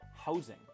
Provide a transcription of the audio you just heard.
housing